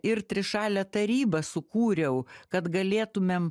ir trišalę tarybą sukūriau kad galėtumėm